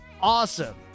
awesome